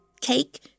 cake